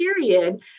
period